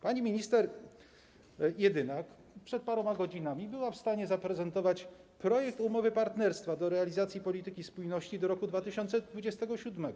Pani minister Jedynak przed paroma godzinami była w stanie zaprezentować projekt umowy partnerstwa do realizacji polityki spójności do roku 2027.